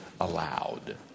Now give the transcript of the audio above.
allowed